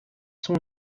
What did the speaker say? son